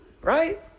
right